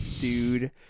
dude